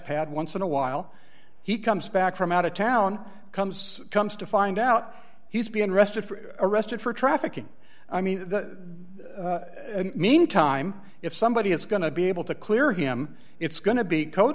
pad once in a while he comes back from out of town comes comes to find out he's been arrested for arrested for trafficking i mean the mean time if somebody is going to be able to clear him it's going to be code